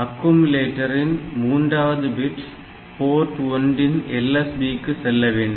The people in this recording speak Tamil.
அக்குமுலேட்டரின் மூன்றாவது பிட் போர்ட் 1 இன் LSB க்கு செல்ல வேண்டும்